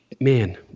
man